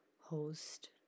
host